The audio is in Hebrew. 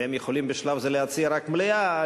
והם יכולים בשלב זה להציע רק מליאה,